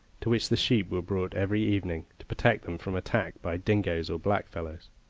to which the sheep were brought every evening, to protect them from attack by dingoes or blackfellows.